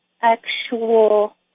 actual